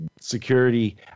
security